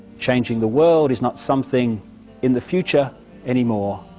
changing the world is not something in the future anymore,